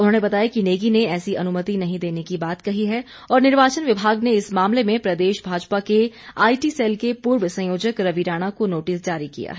उन्होंने बताया कि नेगी ने ऐसी अनुमति नहीं देने की बात कही है और निर्वाचन विभाग ने इस मामले में प्रदेश भाजपा के आईटी सैल के पूर्व संयोजक रवि राणा को नोटिस जारी किया गया है